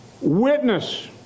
witness